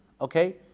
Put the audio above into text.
Okay